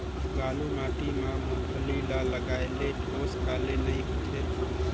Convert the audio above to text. बालू माटी मा मुंगफली ला लगाले ठोस काले नइ होथे?